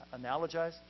analogize